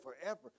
forever